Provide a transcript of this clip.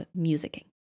musicking